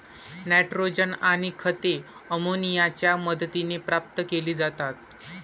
nitrogen आणि खते अमोनियाच्या मदतीने प्राप्त केली जातात